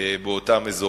באותם אזורים,